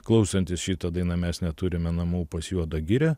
klausantis šitą dainą mes neturime namų pas juodą girią